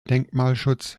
denkmalschutz